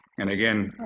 and again,